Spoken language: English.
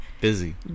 busy